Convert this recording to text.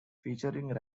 featuring